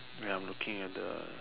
ya I'm looking at the